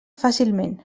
fàcilment